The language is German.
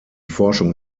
forschung